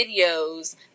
videos